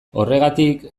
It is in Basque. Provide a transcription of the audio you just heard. horregatik